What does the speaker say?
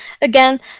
Again